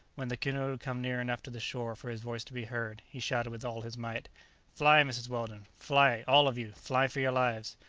when the canoe had come near enough to the shore for his voice to be heard, he shouted with all his might fly, mrs. weldon fly, all of you fly for your lives!